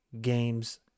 games